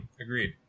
Agreed